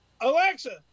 Alexa